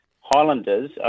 Highlanders